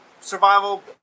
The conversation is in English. survival